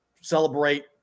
celebrate